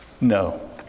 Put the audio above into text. No